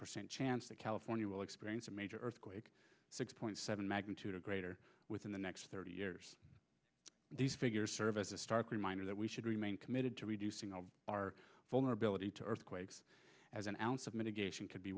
percent chance that california will experience a major earthquake six point seven magnitude or greater within the next thirty years these figures serve as a stark reminder that we should remain committed to reducing our vulnerability to earthquakes as an ounce of mitigation could be